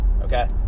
okay